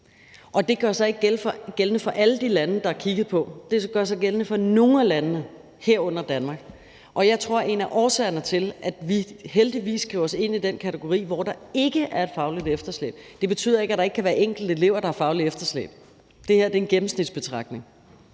Det gør sig ikke gældende for alle de lande, der er kigget på. Det gør sig gældende for nogle af landene, herunder Danmark. Jeg tror, at der er årsager til, at vi heldigvis skriver os ind i den kategori, hvor der ikke er fagligt efterslæb. Det betyder ikke, at der ikke kan være enkelte elever, der har et fagligt efterslæb; det her er en gennemsnitsbetragtning.